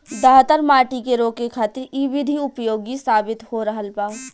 दहतर माटी के रोके खातिर इ विधि उपयोगी साबित हो रहल बा